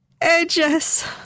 Edges